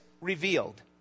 revealed